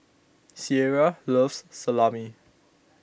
Ciera loves Salami